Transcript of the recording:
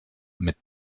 mit